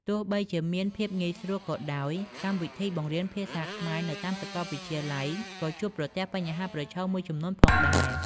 ទោះបីជាមានភាពងាយស្រួលក៏ដោយ កម្មវិធីបង្រៀនភាសាខ្មែរនៅតាមសាកលវិទ្យាល័យក៏ជួបប្រទះបញ្ហាប្រឈមមួយចំនួនផងដែរ។